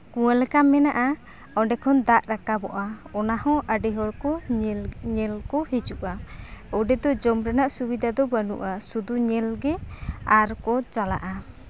ᱠᱩᱣᱟᱹ ᱞᱮᱠᱟ ᱢᱮᱱᱟᱜᱼᱟ ᱚᱸᱰᱮ ᱠᱷᱚᱱ ᱫᱟᱜ ᱨᱟᱠᱟᱵᱚᱜᱼᱟ ᱚᱱᱟᱦᱚᱸ ᱟᱹᱰᱤ ᱦᱚᱲᱠᱚ ᱧᱮᱞ ᱧᱮᱞ ᱠᱚ ᱦᱤᱡᱩᱜᱼᱟ ᱚᱸᱰᱮ ᱫᱚ ᱡᱚᱢ ᱨᱮᱱᱟᱜ ᱥᱩᱵᱤᱫᱷᱟ ᱫᱚ ᱵᱟᱹᱱᱩᱜᱼᱟ ᱥᱩᱫᱷᱩ ᱧᱮᱞᱜᱮ ᱟᱨᱠᱚ ᱪᱟᱞᱟᱜᱼᱟ